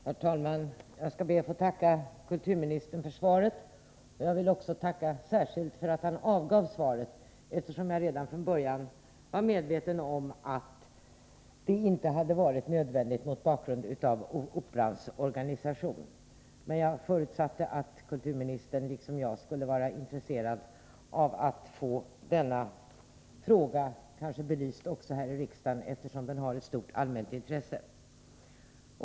Herr talman! Jag skall be att få tacka kulturministern för svaret, och jag tackar alldeles särskilt mycket, eftersom jag redan från början var medveten om att det inte var nödvändigt med tanke på Operans organisation. Jag förutsatte emellertid att kulturministern, liksom jag, är intresserad av att få denna fråga belyst också här i riksdagen, eftersom den är av stort allmänt intresse.